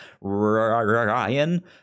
ryan